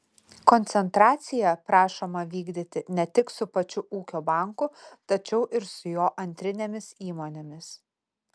koncentracija prašoma vykdyti ne tik su pačiu ūkio banku tačiau ir su jo antrinėmis įmonėmis